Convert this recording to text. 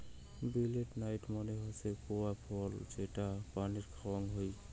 betel nut মানে হসে গুয়া ফল যেটো পানে খাওয়া হই